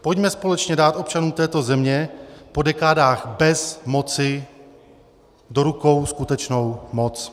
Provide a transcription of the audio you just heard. Pojďme společně dát občanům této země po dekádách bezmoci do rukou skutečnou moc.